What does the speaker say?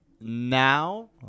now